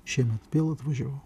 šiemet vėl atvažiavau